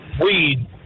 weed